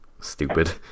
stupid